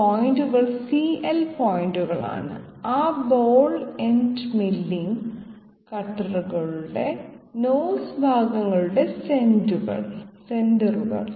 ഈ പോയിന്റുകൾ CL പോയിന്റുകളാണ് ആ ബോൾ എൻഡ് മില്ലിംഗ് കട്ടറുകളുടെ നോസ് ഭാഗങ്ങളുടെ സെന്ററുകൾ